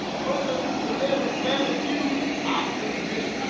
welcome to celebrity family feud, oscars edition.